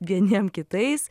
vieniem kitais